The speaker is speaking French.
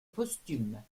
posthume